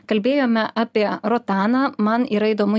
kalbėjome apie rotaną man yra įdomu